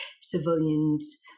civilians